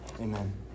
Amen